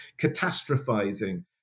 catastrophizing